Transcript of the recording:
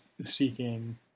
seeking